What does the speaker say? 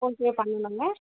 phone பே பண்ணனுங்கள்